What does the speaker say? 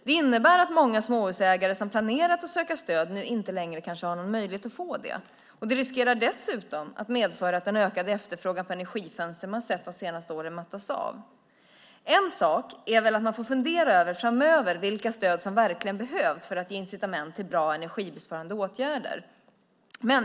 Det innebär att många småhusägare som planerat att söka stöd kanske inte längre har möjlighet att få det. Det riskerar dessutom att medföra att den ökade efterfrågan på energifönster, som vi sett under de senaste åren, mattas av. En sak man framöver får fundera över är vilka stöd som verkligen behövs för att ge incitament till bra energibesparande åtgärder.